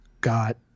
got